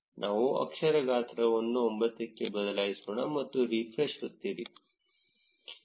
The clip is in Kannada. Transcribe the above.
ನಾವು ಅಕ್ಷರ ಗಾತ್ರವನ್ನು 9 ಕ್ಕೆ ಬದಲಾಯಿಸೋಣ ಮತ್ತು ರಿಫ್ರೆಶ್ ಒತ್ತಿರಿ